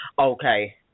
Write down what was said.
Okay